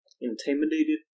intimidated